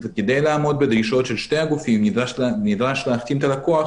כדי לעמוד בדרישות של שני הגופים נדרש להחתים את הלקוח